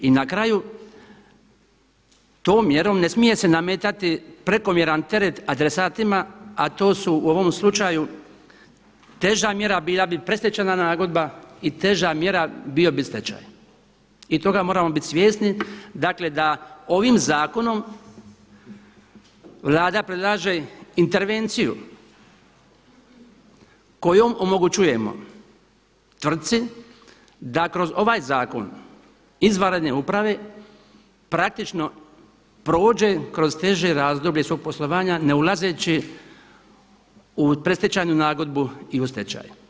I na kraju tom mjerom ne smije se nametati prekomjeran teret adresatima, a to su u ovom slučaju teža mjera bila bi predstečajna nagodba i teža mjera bio bi stečaj i toga moramo bit svjesni, dakle da ovim zakonom Vlada predlaže intervenciju kojom omogućujemo tvrtci da kroz ovaj zakon izvanredne uprave praktično prođe kroz teže razdoblje svog poslovanja ne ulazeći u predstečajnu nagodbu i u stečaj.